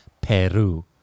Peru